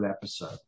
episode